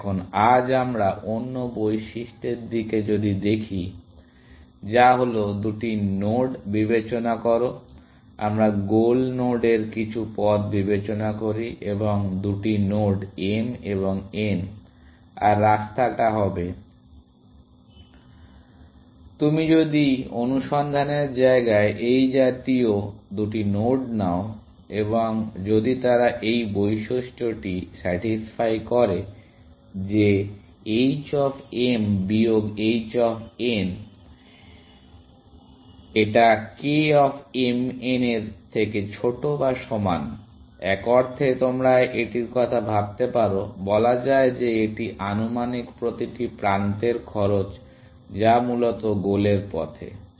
এখন আজ আমরা অন্য বৈশিষ্ট্যের দিকে যদি দেখি যা হল দুটি নোড বিবেচনা করো আমরা গোল নোডের কিছু পথ বিবেচনা করি এবং দুটি নোড m এবং n আর রাস্তাটা হবে তুমি যদি অনুসন্ধানের জায়গায় এই জাতীয় দুটি নোড নাও এবং যদি তারা এই বৈশিষ্ট্যটি স্যাটিসফাই করে যে h অফ m বিয়োগ h অফ n এটা k অফ m n এর থেকে ছোট বা সমান এক অর্থে তোমরা এটির কথা ভাবতে পারো বলা যায় যে এটি আনুমানিক প্রতিটি প্রান্তের খরচ যা মূলত গোলের পথে